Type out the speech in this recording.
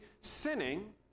sinning